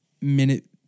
minute